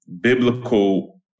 biblical